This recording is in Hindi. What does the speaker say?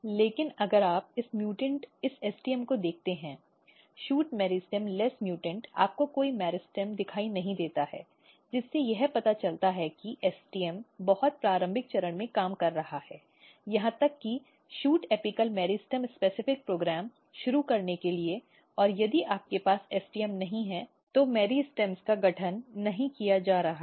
लेकिन अगर आप इस म्यूटेंट इस stm को देखते हैं शूट मेरिस्टेम कम म्यूटेंट आपको कोई मेरिस्टेम दिखाई नहीं देता है जिससे यह पता चलता है कि STM बहुत प्रारंभिक चरण में काम कर रहा है यहां तक कि शूट एपिकल मेरिस्टेम विशिष्ट प्रोग्राम शुरू करने के लिए और यदि आपके पास STM नहीं है तो मेरिस्टम्स का गठन नहीं किया जा रहा है